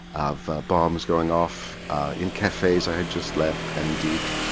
of bombs going off in cafes i had just left and indeed